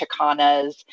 Chicanas